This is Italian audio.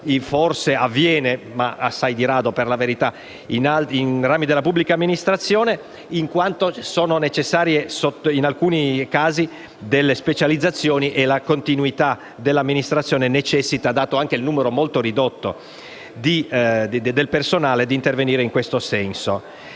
per la verità, assai di rado - in altri rami della pubblica amministrazione, in quanto sono necessarie in alcuni casi delle specializzazioni e la continuità dell'amministrazione necessita, dato anche il numero molto ridotto del personale, di intervenire in questo senso.